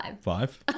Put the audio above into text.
Five